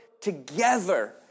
together